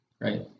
Right